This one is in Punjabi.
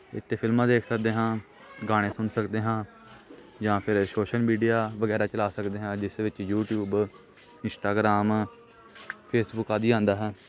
ਇਸ 'ਤੇ ਫਿਲਮਾਂ ਦੇਖ ਸਕਦੇ ਹਾਂ ਗਾਣੇ ਸੁਣ ਸਕਦੇ ਹਾਂ ਜਾਂ ਫਿਰ ਸੋਸ਼ਲ ਮੀਡੀਆ ਵਗੈਰਾ ਚਲਾ ਸਕਦੇ ਹਾਂ ਜਿਸ ਵਿੱਚ ਯੂਟੀਊਬ ਇੰਸਟਾਗ੍ਰਾਮ ਫੇਸਬੁੱਕ ਆਦਿ ਆਉਂਦਾ ਹੈ